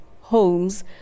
Homes